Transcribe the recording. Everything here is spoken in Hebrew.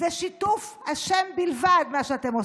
זה שיתוף השם בלבד, מה שאתם עושים.